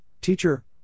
Teacher